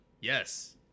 yes